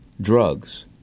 drugs